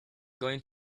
going